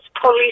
police